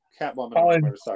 Catwoman